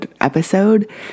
episode